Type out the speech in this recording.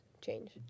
change